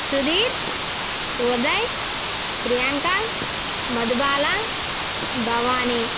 Sudheer Uday Priyanka Madhubala Bhavani